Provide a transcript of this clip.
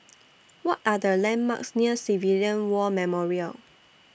What Are The landmarks near Civilian War Memorial